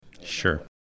Sure